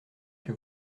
que